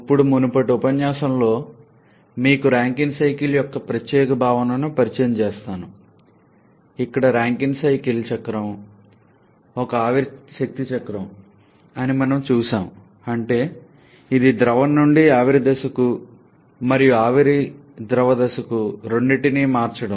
ఇప్పుడు మునుపటి ఉపన్యాసంలో మీకు రాంకైన్ సైకిల్ యొక్క ప్రత్యేక భావనను పరిచయం చేసారు ఇక్కడ రాంకైన్ చక్రం ఒక ఆవిరి శక్తి చక్రం అని మనము చూశాము అంటే ఇది ద్రవం నుండి ఆవిరి దశకు మరియు ఆవిరిని ద్రవ దశకు రెండింటినీ మార్చడం